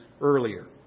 earlier